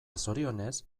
zorionez